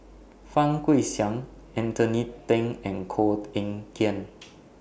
Fang Guixiang Anthony Then and Koh Eng Kian